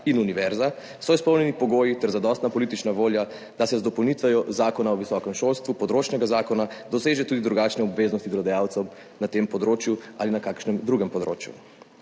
in univerza, so izpolnjeni pogoji ter zadostna politična volja, da se z dopolnitvijo Zakona o visokem šolstvu, področnega zakona, doseže tudi drugačne obveznosti delodajalcev na tem področju ali na kakšnem drugem področju.